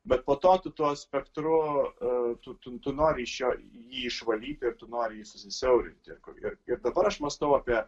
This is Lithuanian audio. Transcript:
bet po to tu to spektru tu tu nori iš jo jį išvalyti ir tu nori jį susisiaurinti ir ir dabar aš mąstau apie